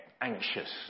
anxious